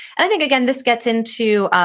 and i think again, this gets into,